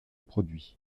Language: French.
produits